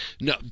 no